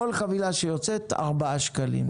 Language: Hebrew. מכל חבילה שיוצאת ארבעה שקלים.